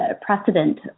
precedent